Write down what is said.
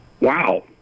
Wow